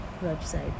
website